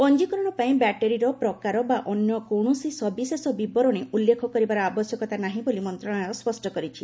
ପଞ୍ଜିକରଣ ପାଇଁ ବ୍ୟାଟେରିର ପ୍ରକାର ବା ଅନ୍ୟ କୌଣସି ସବିଶେଷ ବିବରଣୀ ଉଲ୍ଲେଖ କରିବାର ଆବଶ୍ୟକତା ନାହିଁ ବୋଲି ମନ୍ତ୍ରଣାଳୟ ସ୍କଷ୍ଟ କରିଛି